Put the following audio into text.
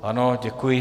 Ano, děkuji.